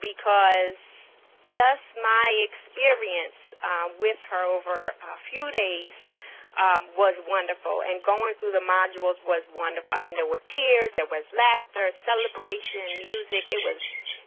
because just my experience with her over a few days was wonderful, and going through the modules was wonderful. i mean, there were tears, there was laughter, celebration, music. it was